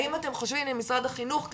הם אתם חושבים, משרד החינוך כאן,